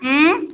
اۭں